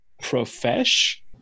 profesh